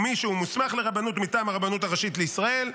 הוא מי שהוא מוסמך לרבנות מטעם הרבנות הראשית לישראל,